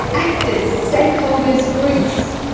actors, stakeholders, groups,